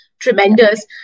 tremendous